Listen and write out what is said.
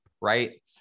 right